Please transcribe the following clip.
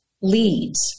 leads